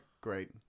great